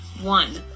One